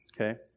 Okay